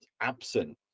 absent